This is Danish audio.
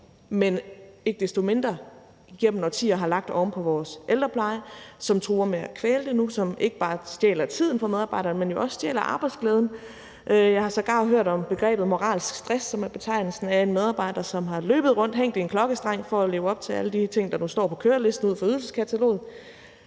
men ikke desto mindre gennem årtier har lagt oven på vores ældrepleje, som nu truer med at kvæle den, og som ikke bare stjæler tiden fra medarbejderne, men jo også stjæler arbejdsglæden. Jeg har sågar hørt om begrebet moralsk stress, som er betegnelsen for en medarbejder, som har løbet rundt og hængt i en klokkestreng for at leve op til alle de ting, der står på kørelisten ud for ydelseskataloget,